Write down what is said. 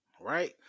Right